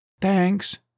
Thanks